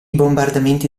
bombardamenti